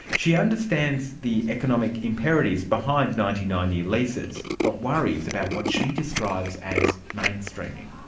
she understands the economic imperatives behind ninety nine year leases but worries about what she describes as mainstreaming.